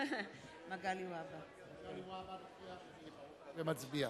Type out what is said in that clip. מצביע מגלי והבה נוכח ומצביע.